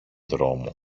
δρόμο